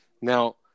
Now